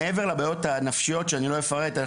זה מעבר לבעיות הנפשיות שאני לא אפרט.